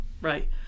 Right